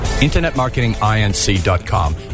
InternetMarketinginc.com